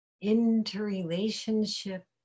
interrelationship